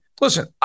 Listen